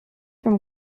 from